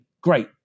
great